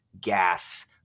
gas